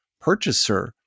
purchaser